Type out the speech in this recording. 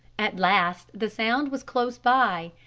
at last the sound was close by.